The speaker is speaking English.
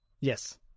Yes